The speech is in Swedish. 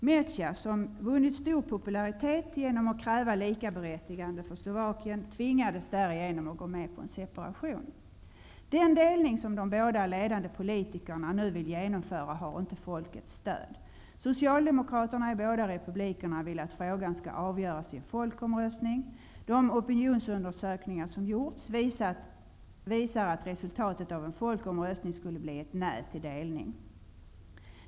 Mecair, som vunnit stor popularitet genom att kräva likaberättigande för Slovakien, tvingades därigenom att gå med på en separation. Den delning som de båda ledande politikerna nu vill genomföra har inte folkets stöd. Socialdemokraterna i båda republikerna vill att frågan skall avgöras i en folkomröstning. De opinionsundersökningar som gjorts visar att resultatet av en folkomröstning skulle bli nej till en delning.